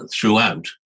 throughout